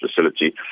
facility